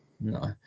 No